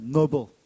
Noble